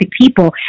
people